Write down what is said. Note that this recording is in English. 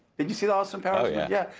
did you see the austin powers yeah yeah